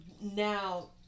now